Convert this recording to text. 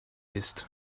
ist